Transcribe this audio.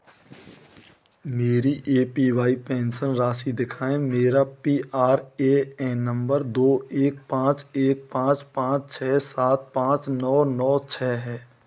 मेरी A P Y pension राशि दिखाएँ मेरा P R A N number दो एक पाँच एक पाँच पाँच छः सात पाँच नौ नौ छः है